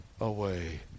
away